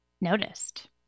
noticed